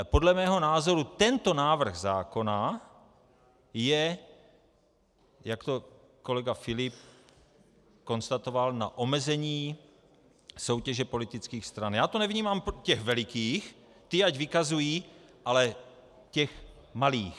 Podle mého názoru tento návrh zákona je, jak to kolega Filip konstatoval, na omezení soutěže politických stran já nevnímám těch velikých, ty ať vykazují, ale těch malých.